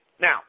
Now